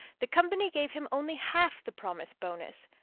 the company gave him only half the promised bonus,